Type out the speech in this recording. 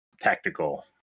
tactical